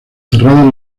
cerradas